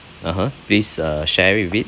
(uh huh) please uh share it with it